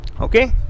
Okay